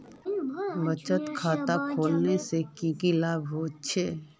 बचत खाता खोलने से की की लाभ होचे?